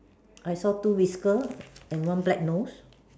I saw two whisker and one black nose